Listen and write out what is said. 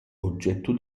oggetto